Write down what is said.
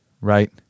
right